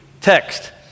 text